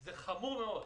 זה חמור מאוד.